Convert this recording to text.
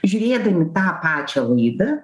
žiūrėdami tą pačią laidą